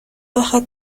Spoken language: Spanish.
baja